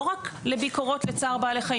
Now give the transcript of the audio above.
לא רק ביקורות לצער בעלי חיים.